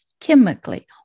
chemically